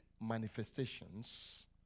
manifestations